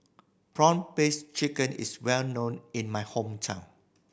prawn paste chicken is well known in my hometown